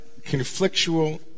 conflictual